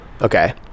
okay